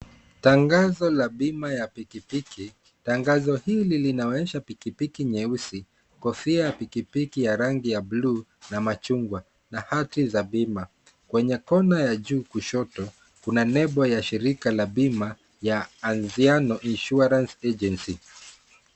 Tangazo la bima ya pikipiki, tangazo hili linaonyesha pikipiki nyeusi ,kofia ya pikipiki ya rangi ya bluu na machungwa ,na hathi za bima, kwenye kona ya juu kushoto kuna nembo ya shirika la bima ya Anziamo Insurance Agency.